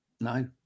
No